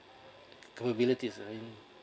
cabilities I mean